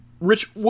Rich